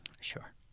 Sure